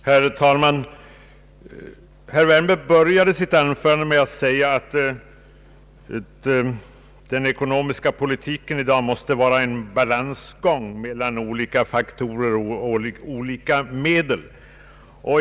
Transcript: Herr talman! Herr Wärnberg började sitt anförande med att säga att den ekonomiska politiken i dag måste vara en balansgång mellan olika faktorer och olika medel.